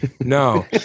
no